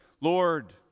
Lord